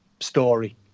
story